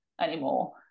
anymore